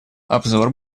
обзор